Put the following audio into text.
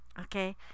Okay